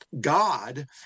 God